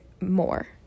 more